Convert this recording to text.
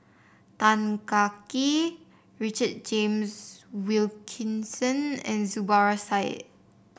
Tan Kah Kee Richard James Wilkinson and Zubir Said